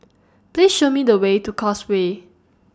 Please Show Me The Way to Causeway